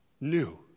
new